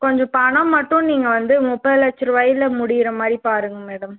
கொஞ்சம் பணம் மட்டும் நீங்கள் வந்து முப்பது லட்சம் ரூபாயில முடிகிற மாதிரி பாருங்க மேடம்